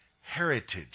heritage